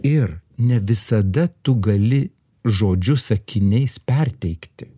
ir ne visada tu gali žodžius sakiniais perteikti